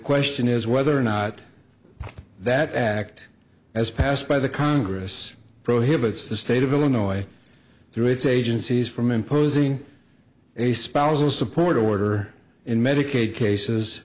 question is whether or not that act as passed by the congress prohibits the state of illinois through its agencies from imposing a spousal support order in medicaid cases